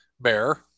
Bear